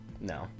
No